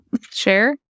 share